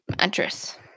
mattress